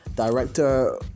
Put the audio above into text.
director